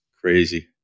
Crazy